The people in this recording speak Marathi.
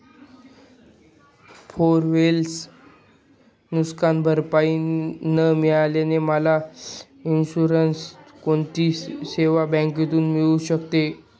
फोर व्हिलर नुकसानभरपाई न मिळाल्याने मला इन्शुरन्सची कोणती सेवा बँकेकडून मिळू शकते?